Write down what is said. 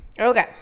okay